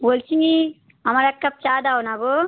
বলছি আমার এক কাপ চা দাও না গো